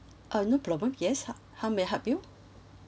uh no problem yes h~ how may I help you